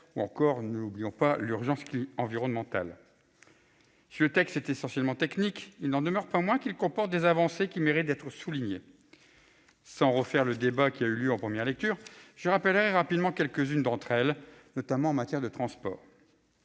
ou encore l'urgence environnementale. Si ce texte est essentiellement technique, il n'en comporte pas moins des avancées qui méritent d'être soulignées. Sans refaire le débat qui a eu lieu en première lecture, je rappellerai rapidement quelques-unes d'entre elles, notamment en matière de transports.